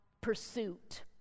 pursuit